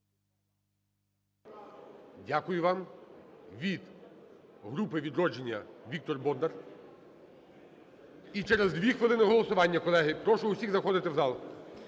Дякую вам. Від групи "Відродження" Віктор Бондар. І через 2 хвилини голосування, колеги. Прошу усіх заходити в зал.